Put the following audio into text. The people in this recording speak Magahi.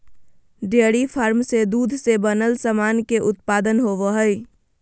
डेयरी फार्म से दूध से बनल सामान के उत्पादन होवो हय